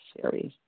series